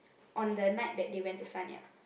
on the night that they went to Sanya